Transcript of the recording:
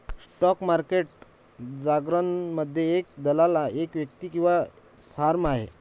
stock market जारगनमध्ये, एक दलाल एक व्यक्ती किंवा फर्म आहे